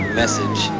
message